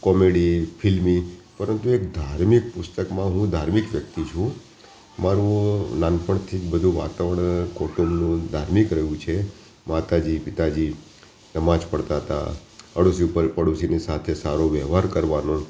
comedy ફિલ્મી પરંતુ એક ધાર્મિક પુસ્તકમાં હું ધાર્મિક વ્યક્તિ છું મારું નાનપણથી જ બધું વાતાવરણ કુટુંબનું ધાર્મિક રહ્યું છે માતાજી પિતાજી નમાઝ પઢતા હતાં અડોશી પડ પડોશીની સાથે સારો વ્યવહાર કરવાનો